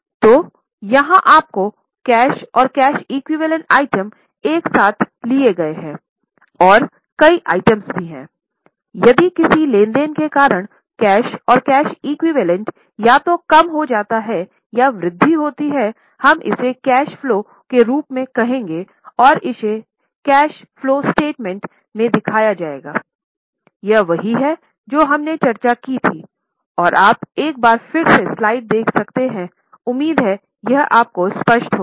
तो यहां आपको कैश और कैश एक्विवैलेन्ट या तो कम हो जाता है या वृद्धि होती हैं हम इसे कैश फलो के रूप में कहेंगे और इसे कैश फलो स्टेटमेंट में दिखाया जाएगा यह वही है जो हमने चर्चा की थी और आप एक बार फिर से स्लाइड देख सकते हैं उम्मीद है यह स्पष्ट होगा